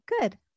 good